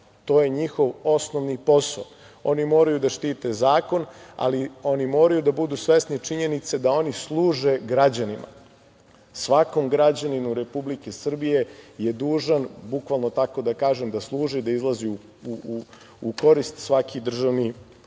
To je njihov osnovni posao. Oni moraju da štite zakon, ali oni moraju da budu svesni činjenice da oni služe građanima, svakom građaninu Republike Srbije je dužan, bukvalno tako da kažem, da služi, da izlazi u korist svaki državni